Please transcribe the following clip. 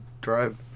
drive